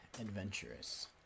adventurous